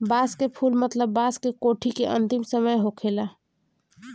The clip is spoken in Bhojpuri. बांस के फुल मतलब बांस के कोठी के अंतिम समय होखेला